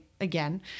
again